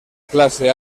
classe